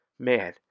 Man